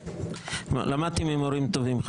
למדתי ממורים טובים.